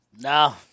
No